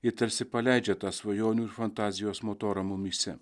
ji tarsi paleidžia tą svajonių ir fantazijos motorą mumyse